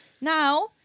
Now